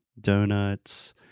donuts